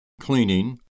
cleaning